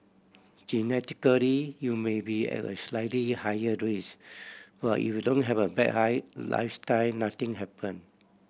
genetically you may be at a slightly higher risk but if you don't have a bad lifestyle nothing happen